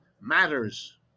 matters